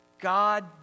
God